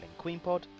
QueenPod